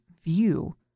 view